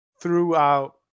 throughout